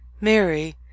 Mary